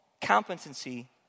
competency